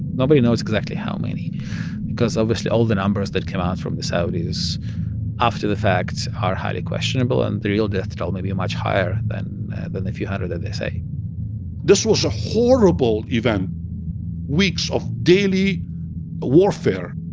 nobody knows exactly how many because obviously all the numbers that come out from the saudis after the fact are highly questionable, and the real death toll may be much higher than than if you had than they say this was a horrible event weeks of daily warfare,